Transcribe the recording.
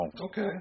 Okay